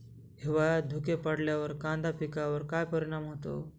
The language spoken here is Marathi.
हिवाळ्यात धुके पडल्यावर कांदा पिकावर काय परिणाम होतो?